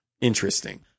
Interesting